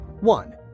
One